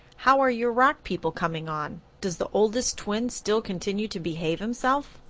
how are your rock people coming on? does the oldest twin still continue to behave himself?